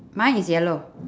mine is yellow